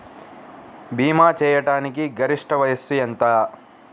భీమా చేయాటానికి గరిష్ట వయస్సు ఎంత?